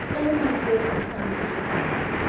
all my dreadful scientific things,